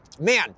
man